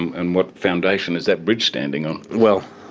and what foundation is that bridge standing on. well,